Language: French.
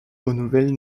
renouvelle